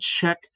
check